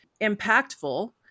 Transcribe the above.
impactful